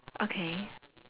okay